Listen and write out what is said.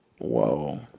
Whoa